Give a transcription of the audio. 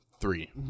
Three